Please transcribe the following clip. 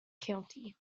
county